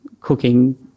cooking